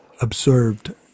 observed